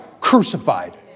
crucified